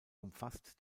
umfasst